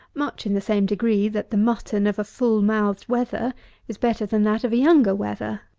much in the same degree that the mutton of a full-mouthed wether is better than that of a younger wether.